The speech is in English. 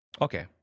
Okay